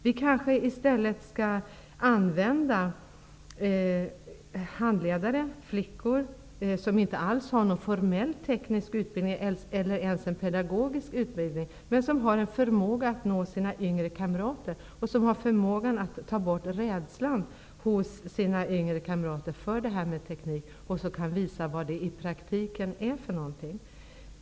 Vi kanske i stället skall använda handledare -- flickor -- som inte alls har någon formell teknisk eller ens pedagogisk utbildning, men som har en förmåga att nå sina yngre kamrater och att ta bort deras rädsla för teknik. De skulle kunna visa vad teknik är i praktiken.